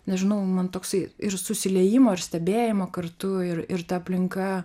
nežinau man toksai ir susiliejimo ir stebėjimo kartu ir ir ta aplinka